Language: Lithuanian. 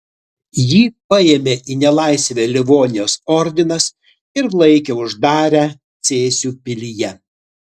jį paėmė į nelaisvę livonijos ordinas ir laikė uždarę cėsių pilyje